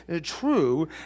true